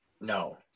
no